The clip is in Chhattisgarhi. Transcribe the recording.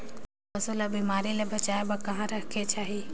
पशु ला बिमारी ले बचाय बार कहा रखे चाही?